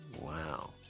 Wow